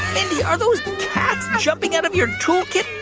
mindy, are those cats jumping out of your toolkit?